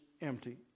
empty